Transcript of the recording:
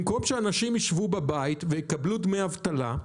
במקום שאנשים ישבו בבית ויקבלו דמי אבטלה,